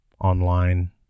online